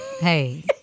Hey